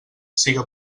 siga